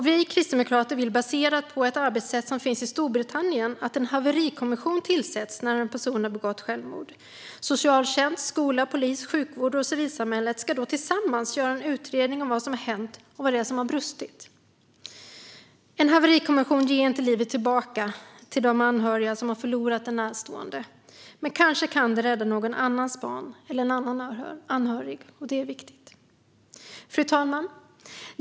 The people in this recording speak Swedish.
Vi kristdemokrater vill, baserat på ett arbetssätt som finns i Storbritannien, att en haverikommission ska tillsättas när en person har begått självmord. Socialtjänst, skola, polis, sjukvård och civilsamhället ska då tillsammans göra en utredning om vad som har hänt och vad som har brustit. En haverikommission ger inte livet tillbaka till de anhöriga som har förlorat en närstående, men kanske kan det rädda någon annans barn eller annan anhörig. Detta är viktigt. Fru talman!